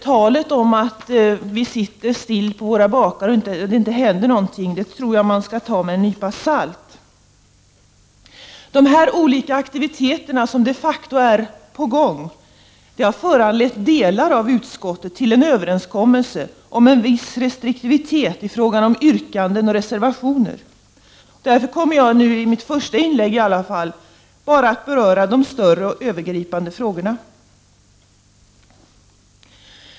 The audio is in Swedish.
Talet om att vi sitter still på våra bakar och att det inte händer någonting skall man allt ta med en nypa salt. Alla dessa aktiviteter som de facto är på gång har föranlett delar av utskottet till en överenskommelse om en viss restriktivitet i fråga om yrkanden och reservationer. Därför kommer jag — i varje fall i mitt första inlägg — bara att beröra de större, övergripande frågorna.